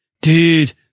Dude